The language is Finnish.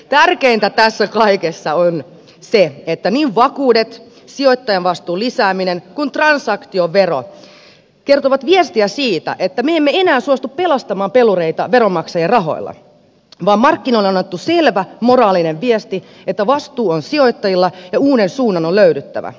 tärkeintä tässä kaikessa on se että niin vakuudet sijoittajavastuun lisääminen kuin transaktiovero kertovat viestiä siitä että emme suostu enää pelastamaan pelureita veronmaksajien rahoilla vaan markkinoille on annettu selvä moraalinen viesti että vastuu on sijoittajilla ja uuden suunnan on löydyttävä